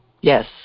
Yes